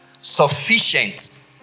sufficient